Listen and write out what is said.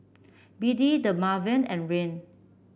B D Dermaveen and Rene